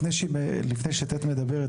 לפני שט' מדברת,